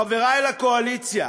חברי לקואליציה,